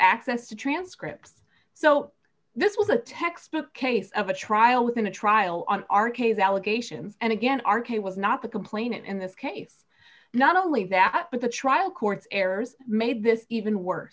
access to transcripts so this was a textbook case of a trial within a trial on our case allegations and again r k was not the complainant in this case not only that but the trial court's errors made this even worse